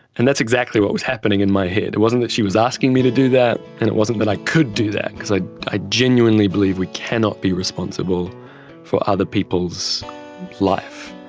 and that's exactly what was happening in my head. it wasn't that she was asking me to do that and it wasn't that i could do that because i i genuinely believe we cannot be responsible for other people's life.